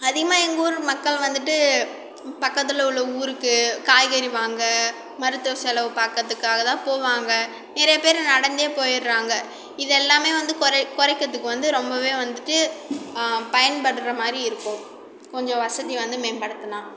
அதிகமாக எங்கூர் மக்கள் வந்துவிட்டு பக்கத்தில் உள்ள ஊருக்கு காய்கறி வாங்க மருத்துவ செலவு பார்க்கறத்துக்காக தான் போவாங்க நிறைய பேர் நடந்தே போயிவிடுறாங்க இதெல்லாமே வந்து குறை குறைக்கறதுக்கு வந்து ரொம்பவே வந்துட்டு பயன்படுற மாரி இருக்கும் கொஞ்சம் வசதி வந்து மேம்படுத்தினா